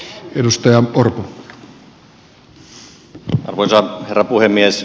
arvoisa herra puhemies